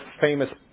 famous